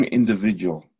individual